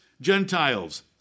Gentiles